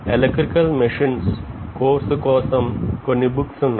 electrical machines course కోసం కొన్ని books ఉన్నాయి